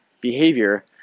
behavior